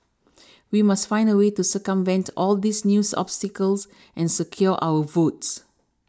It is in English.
we must find a way to circumvent all these new obstacles and secure our votes